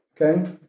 Okay